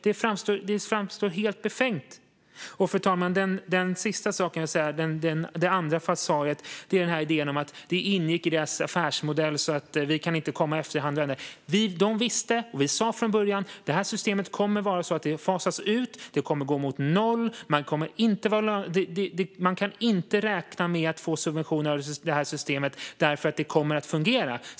Det framstår som helt befängt. Fru talman! Den sista saken jag vill ta upp, det vill säga det andra falsariet, är idén att det ingick i företagens affärsmodell och att vi inte i efterhand kan komma och ändra det. De visste, och vi sa från början, att systemet kommer att fasas ut. Det kommer att gå mot noll, och man kan inte räkna med att få subventioner av systemet - därför att det kommer att fungera.